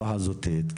לא חזותית,